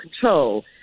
control